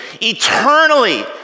eternally